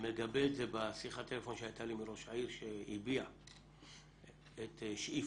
מגבה את זה בשיחת טלפון שהייתה לי עם ראש העיר שהביע את שאיפתו